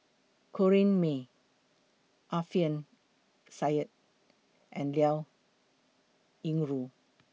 Corrinne May Alfian Sa'at and Liao Yingru